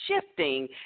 shifting